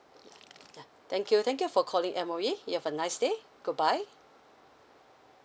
yeah yeah thank you thank you for calling M_O_E you have a nice day goodbye